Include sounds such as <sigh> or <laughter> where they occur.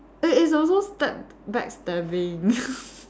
it is also stab backstabbing <laughs>